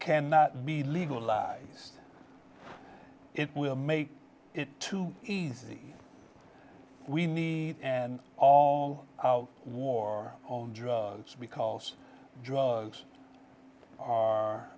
cannot be legalized it will make it too easy we need all war on drugs because drugs are